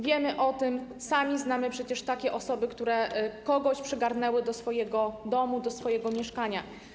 Wiemy o tym, sami znamy takie osoby, które kogoś przygarnęły do swojego domu, swojego mieszkania.